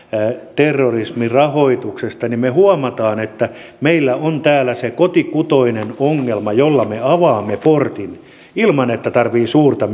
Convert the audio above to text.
terrorismin rahoituksesta me huomaamme että meillä on täällä se kotikutoinen ongelma jolla me avaamme portin ilman että tarvitsee suurta